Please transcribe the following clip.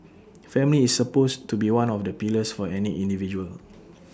family is supposed to be one of the pillars for any individual